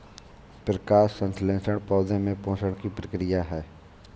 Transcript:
प्रकाश संश्लेषण पौधे में पोषण की प्रक्रिया है